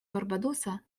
барбадоса